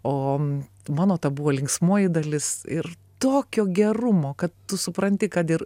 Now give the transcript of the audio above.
o mano ta buvo linksmoji dalis ir tokio gerumo kad tu supranti kad ir